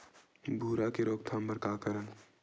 भूरा के रोकथाम बर का करन?